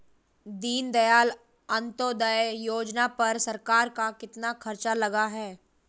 दीनदयाल अंत्योदय योजना पर सरकार का कितना खर्चा लगा है?